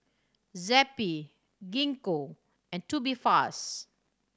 Zappy Gingko and Tubifast